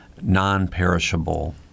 non-perishable